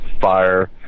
fire